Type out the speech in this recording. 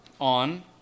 on